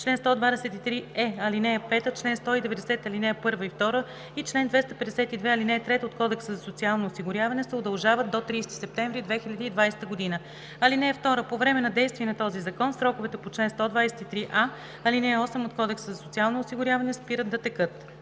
чл. 123е, ал. 5, чл. 190, ал. 1 и 2 и чл. 252, ал. 3 от Кодекса за социално осигуряване се удължават до 30 септември 2020 г. (2) По време на действие на този закон сроковете по чл. 123а, ал. 8 от Кодекса за социално осигуряване спират да текат.“